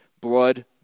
blood